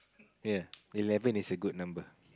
ya eleven is a good number